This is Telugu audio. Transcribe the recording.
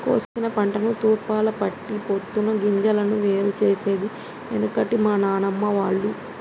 కోశిన పంటను తూర్పారపట్టి పొట్టును గింజలను వేరు చేసేది ఎనుకట మా నానమ్మ వాళ్లు